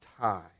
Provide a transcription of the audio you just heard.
time